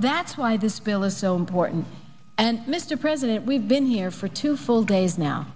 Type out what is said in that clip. that's why this bill is so important and mr president we've been here for two full days now